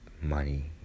money